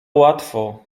łatwo